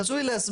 חשוב לי להסביר,